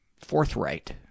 forthright